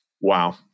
Wow